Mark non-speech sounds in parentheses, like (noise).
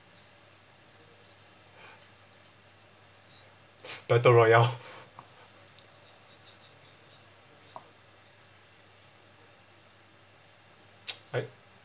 battle royale (noise) I